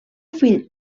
fill